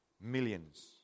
Millions